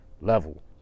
level